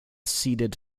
seeded